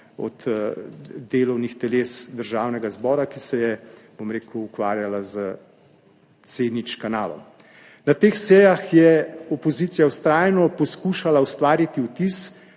delovnih teles Državnega zbora, ki se je ukvarjala s kanalom C0. Na teh sejah je opozicija vztrajno poskušala ustvariti vtis,